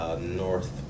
North